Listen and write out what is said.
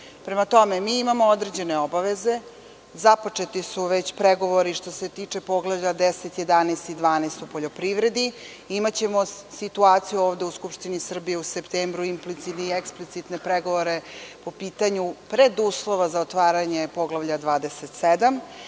način. Prema tome, imamo određene obaveze. Započeti su pregovori što se tiče poglavlja 10, 11. i 12. o poljoprivredi. Imaćemo situaciju u Skupštini Srbije u septembru implicitne i eksplicitne pregovore po pitanju preduslova za otvaranje Poglavlja 27.